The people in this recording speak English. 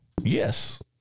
Yes